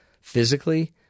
physically